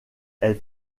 elle